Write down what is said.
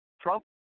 Trump